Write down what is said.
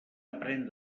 aprén